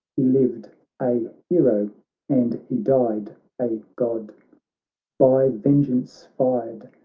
he lived a hero and he died a god by vengeance fired,